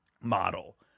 model